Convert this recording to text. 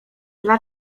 dla